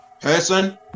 person